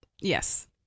yes